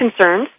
concerns